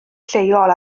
lleol